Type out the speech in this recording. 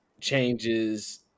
changes